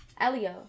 Elio